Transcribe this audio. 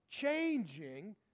changing